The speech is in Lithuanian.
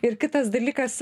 ir kitas dalykas